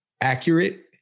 accurate